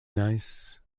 nice